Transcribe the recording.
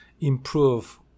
improve